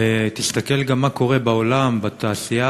תסתכל גם מה קורה בעולם, בתעשייה